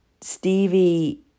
Stevie